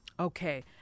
Okay